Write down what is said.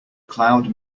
cloud